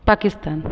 Pakistan